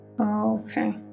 Okay